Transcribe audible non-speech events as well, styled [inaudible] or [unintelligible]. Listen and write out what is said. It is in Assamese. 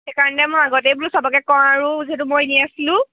সেইকাৰণে মই আগতেই বোলো চবকে কওঁ আৰু যিহেতু মই [unintelligible] আছিলোঁ